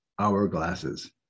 hourglasses